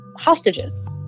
hostages